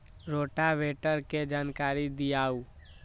Rotavator के जानकारी दिआउ?